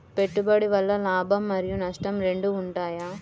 పెట్టుబడి వల్ల లాభం మరియు నష్టం రెండు ఉంటాయా?